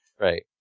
right